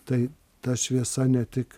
tai ta šviesa ne tik